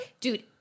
Dude